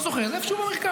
לא זוכר, זה איפשהו במרכז.